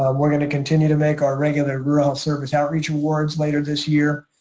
um we're going to continue to make our regular rural service outreach awards later this year.